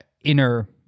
inner